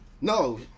No